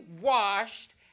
washed